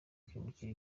kwimukira